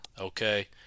Okay